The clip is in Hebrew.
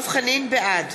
בעד